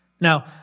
Now